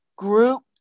group